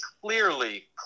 clearly